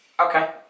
Okay